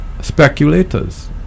Speculators